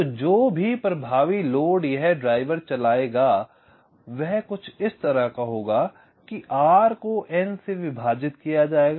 तो जो प्रभावी लोड यह ड्राइवर चलाएगा वह कुछ इस तरह का होगा R को N से विभाजित किया जाएगा